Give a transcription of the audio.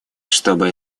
чтобы